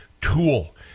tool